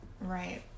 Right